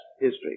history